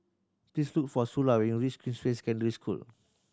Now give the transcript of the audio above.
please look for Sula when you reach Queensway Secondary School